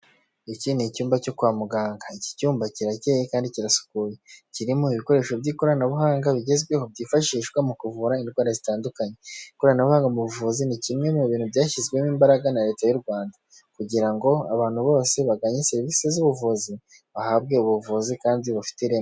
Iki ni icyumba cyo kwa muganga. iki cyumba kirakeye kandi kirasukuye. kirimo ibikoresho by'ikoranabuhanga bigezweho, byifashishwa mu kuvura indwara zitandukanye. Ikoranabuhanga mu buvuzi ni kimwe mu bintu byashyizwemo imbaraga na leta y'u Rwanda kugira ngo abantu bose bagannye serivisi z'ubuvuzi bahabwe ubuvuzi kandi bufite ireme.